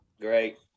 great